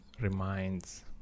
reminds